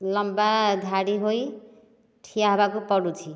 ଲମ୍ବା ଧାଡ଼ି ହୋଇ ଠିଆ ହେବାକୁ ପଡୁଛି